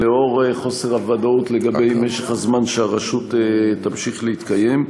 לנוכח חוסר הוודאות לגבי משך הזמן שהרשות תמשיך להתקיים.